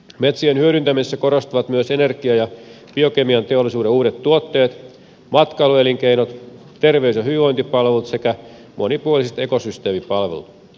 metsien hyödyntämisessä korostuvat myös energia ja biokemianteollisuuden uudet tuotteet matkailuelinkeinot terveys ja hyvinvointipalvelut sekä monipuoliset ekosysteemipalvelut